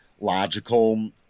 logical